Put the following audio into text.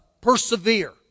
persevere